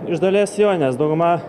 iš dalies jo nes dauguma